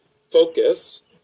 focus